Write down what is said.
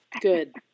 Good